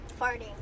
Farting